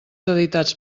editats